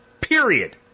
Period